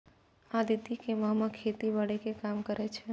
अदिति के मामा खेतीबाड़ी के काम करै छै